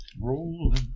rolling